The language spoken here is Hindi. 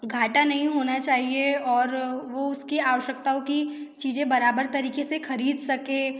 घाटा नहीं होना चाहिए और वो उसकी आवश्यकताओं की चीज़ें बराबर तरीक़े से ख़रीद सके